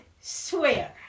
swear